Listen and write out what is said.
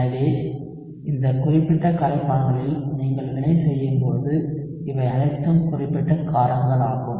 எனவே இந்த குறிப்பிட்ட கரைப்பான்களில் நீங்கள் வினை செய்யும்போது இவை அனைத்தும் குறிப்பிட்ட காரங்கள் ஆகும்